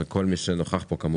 וכמובן גם את כל מי שנוכח פה.